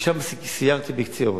ושם סיירתי בקציעות.